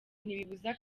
ntibibuza